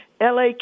LA